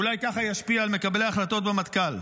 ואולי ככה ישפיע על מקבלי ההחלטות במטכ"ל.